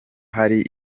hari